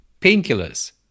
Painkillers